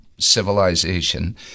civilization